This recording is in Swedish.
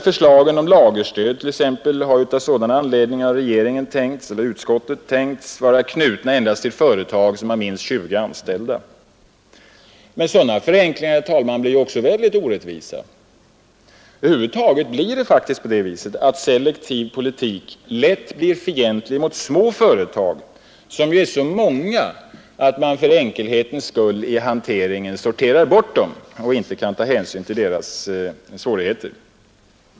Förslaget om lagerstöd har utskottet t.ex. av sådana anledningar tänkt vara knutet endast till företag med minst 20 anställda. Sådana förenklingar blir lätt mycket orättvisa. Över huvud taget blir selektiv politik lätt fientlig mot små företag, som ju är så många att de för enkelhetens skull sorteras ut i hanteringen. Man tar inte hänsyn till deras svårigheter.